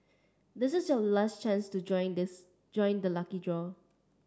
this is your last chance to join this join the lucky draw